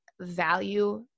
value